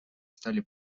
стали